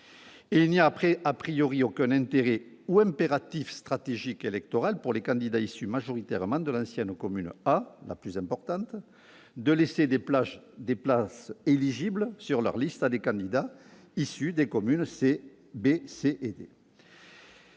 il n'y a aucun intérêt, ou impératif stratégique électoral, pour les candidats issus majoritairement de l'ancienne commune A, la plus importante, de laisser des places éligibles sur leur liste à des candidats issus des communes B, C et D.